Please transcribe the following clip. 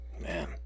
Man